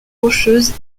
rocheuses